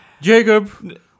Jacob